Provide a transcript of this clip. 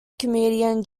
comedian